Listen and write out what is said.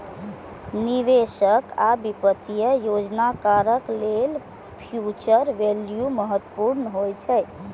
निवेशक आ वित्तीय योजनाकार लेल फ्यूचर वैल्यू महत्वपूर्ण होइ छै